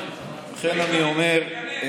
לכן אני אומר,